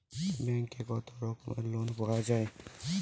ব্যাঙ্কে কত রকমের লোন পাওয়া য়ায়?